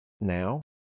now